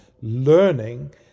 learning